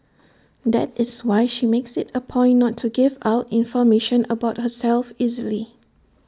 that is why she makes IT A point not to give out information about herself easily